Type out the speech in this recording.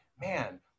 man